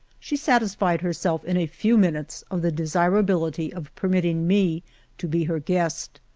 she satisfied herself in a few minutes of the desirability of permitting me to be her guest.